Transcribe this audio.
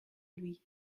lui